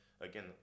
again